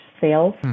sales